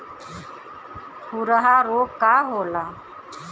खुरहा रोग का होला?